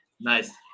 Nice